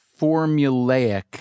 formulaic